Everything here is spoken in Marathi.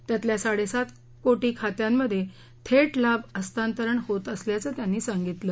त्यातल्या साडेसात कोटी खात्यांमध्ये थेट लाभ हस्तांतरण होत असल्याचं त्यांनी सांगितलं